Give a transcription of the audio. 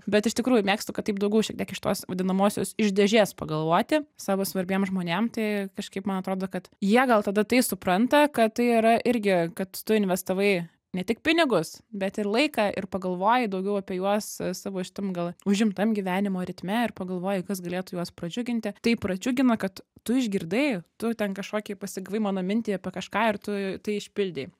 bet iš tikrųjų mėgstu kad taip daugiau šiek tiek iš tos vadinamosios iš dėžės pagalvoti savo svarbiem žmonėm tai kažkaip man atrodo kad jie gal tada tai supranta kad tai yra irgi kad tu investavai ne tik pinigus bet ir laiką ir pagalvoji daugiau apie juos savo šitam gal užimtam gyvenimo ritme ir pagalvoji kas galėtų juos pradžiuginti tai pradžiugina kad tu išgirdai tu ten kažkokį pasigavai mintį apie kažką ir tu tai išpildei